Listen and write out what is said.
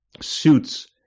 suits